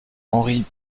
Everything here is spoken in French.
henri